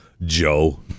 Joe